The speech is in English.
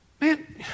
Man